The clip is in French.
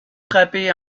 frappez